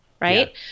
right